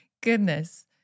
goodness